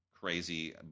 Crazy